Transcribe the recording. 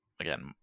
again